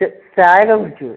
ച ചായ ഞാൻ കുടിച്ചു